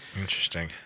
Interesting